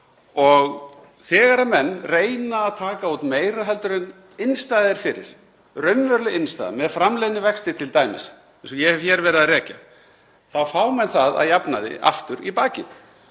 Þegar menn reyna að taka út meira en innstæða er fyrir, raunveruleg innstæða, með framleiðnivexti t.d. eins og ég hef hér verið að rekja, þá fá menn það að jafnaði aftur í bakið.